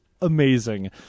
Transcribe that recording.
amazing